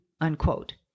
unquote